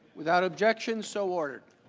without objection, so ordered.